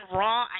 raw